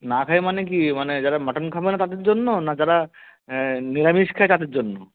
না খায় মানে কী মানে যারা মাটন খাবে না তাদের জন্য না যারা নিরামিষ খায় তাদের জন্য